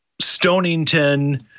Stonington